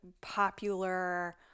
popular